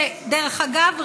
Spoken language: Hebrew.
שדרך אגב,